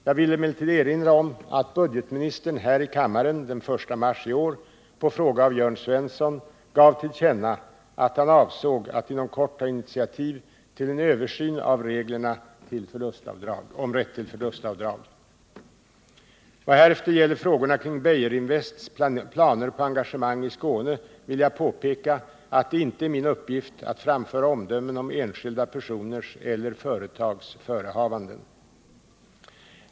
Jag vill emellertid erinra om att budgetministern här i kammaren den 1 mars i år på fråga av Jörn Svensson gav till känna att han avsåg att inom kort ta initiativ till en översyn av reglerna om rätt till förlustavdrag. Vad härefter gäller frågorna kring Beijerinvests planer på engagemang i Skåne, vill jag påpeka att det inte är min uppgift att framföra omdömen om enskilda personers eller företags förehavanden.